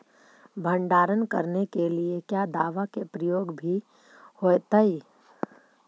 भंडारन करने के लिय क्या दाबा के प्रयोग भी होयतय?